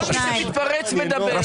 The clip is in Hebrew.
כל מי שמתפרץ מדבר,